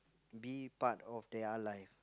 be part of their life